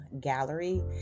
gallery